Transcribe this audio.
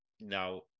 now